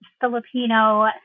Filipino